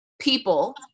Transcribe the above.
people